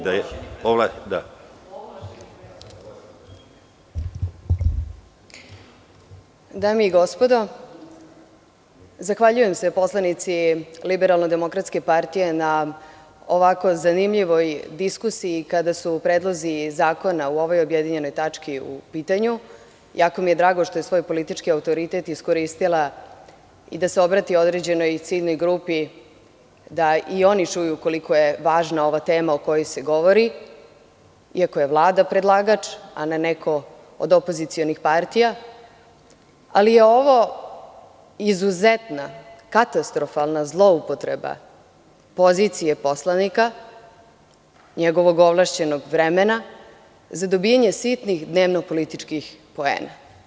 Dame i gospodo, zahvaljujem se poslanici LDP na ovako zanimljivoj diskusiji kada su predlozi zakona u ovoj objedinjenoj tački u pitanju i jako mi je drago što je svoj politički autoritet iskoristila i da se obrati određenoj ciljnoj grupi da i oni čuju koliko je važna ova tema, a o kojoj se govori, iako je Vlada predlagač, a ne neko od opozicionih partija, ali je ovo izuzetna katastrofalna zloupotreba pozicije poslanika, njegovog ovlašćenog vremena za dobijanje sitnih dnevno-političkih poena.